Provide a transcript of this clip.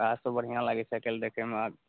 तऽ ओहए सभ बढ़िआँ लागै छै आइ काल्हि देखैमे